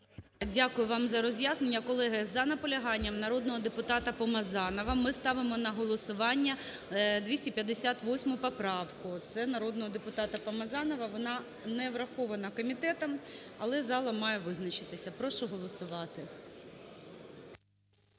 Дякую вам за роз'яснення. Колеги, за наполяганням народного депутата Помазанова ми ставимо на голосування 258 поправку. Це народного депутата Помазанова, вона не врахована комітетом, але зала має визначитися. Прошу голосувати.